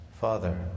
Father